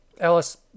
Alice